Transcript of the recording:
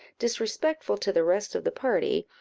disrespectful to the rest of the party,